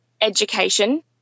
Education